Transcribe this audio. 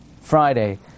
Friday